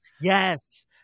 Yes